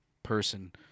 person